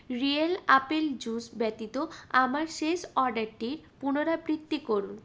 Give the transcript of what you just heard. real apple juice ব্যতীত আমার শেষ অর্ডারটির পুনরাবৃত্তি করুন